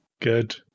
Good